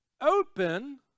open